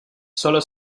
solo